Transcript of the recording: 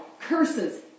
curses